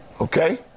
Okay